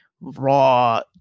raw